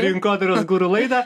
rinkodaros guru laidą